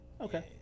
okay